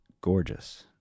gorgeous